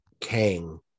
Kang